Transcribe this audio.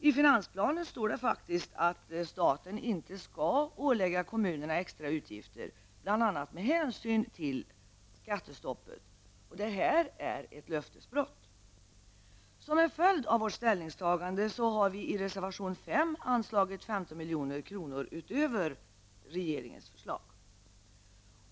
I finansplanen står det faktiskt att staten inte skall ålägga kommunerna extra utgifter, bl.a. med hänsyn till skattestoppet, och detta är ett löftesbrott! Som en följd av vårt ställningstagande har vi i reservation 5 anslagit 15 milj.kr. utöver regeringens förslag.